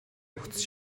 буцаж